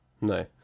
No